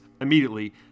immediately